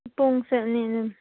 ꯄꯨꯡꯁꯦ